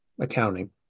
accounting